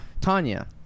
Tanya